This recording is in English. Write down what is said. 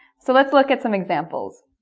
so let's look at some examples.